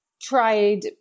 tried